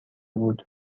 بود